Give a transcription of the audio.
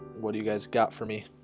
what do you guys got for me?